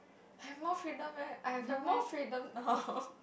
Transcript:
I have more freedom eh I have more freedom now